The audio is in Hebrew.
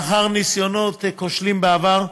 לאחר ניסיונות כושלים בעבר,